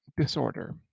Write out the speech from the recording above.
disorder